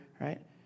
right